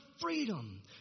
freedom